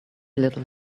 little